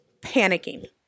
panicking